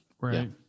right